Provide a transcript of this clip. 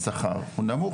השכר הוא נמוך,